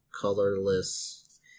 colorless